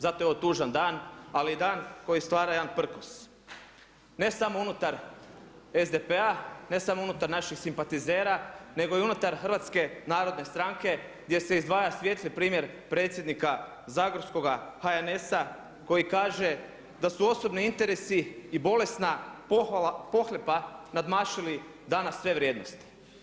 Zato je ovo tužan dan, ali i dan koji stvara jedan prkos, ne samo unutar SDP-a, ne samo unutar naših simpatizera nego i unutar HNS-a gdje se izdvaja svijetli primjer predsjednika zagorskoga HNS-a koji kaže, da su osobni interesi i bolesna pohlepa nadmašili danas sve vrijednosti.